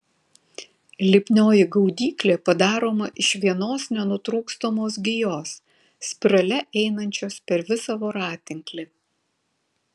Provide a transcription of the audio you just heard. lipnioji gaudyklė padaroma iš vienos nenutrūkstamos gijos spirale einančios per visą voratinklį